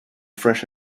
fresh